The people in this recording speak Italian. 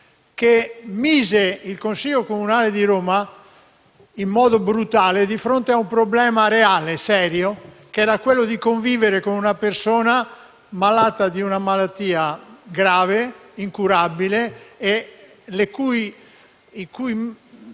che mise il Consiglio comunale di Roma in modo brutale di fronte a un problema reale e serio, quello di convivere con una persona malata di una malattia grave, incurabile e i cui